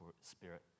Spirit